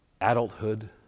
adulthood